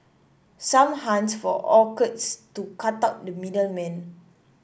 some hunt for orchards to cut out the middle man